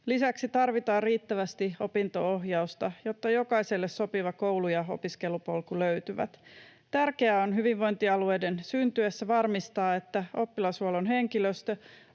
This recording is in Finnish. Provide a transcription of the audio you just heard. Lisäksi tarvitaan riittävästi opinto-ohjausta, jotta jokaiselle löytyy sopiva koulu ja opiskelupolku. Tärkeää on hyvinvointialueiden syntyessä varmistaa, että oppilashuollon henkilöstö,